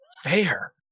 fair